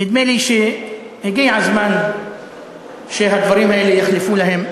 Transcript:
נדמה לי שהגיע הזמן שהדברים האלה יחלפו להם.